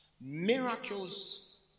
Miracles